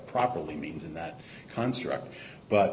properly means in that construct but